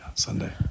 sunday